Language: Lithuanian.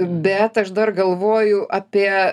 bet aš dar galvoju apie